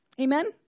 Amen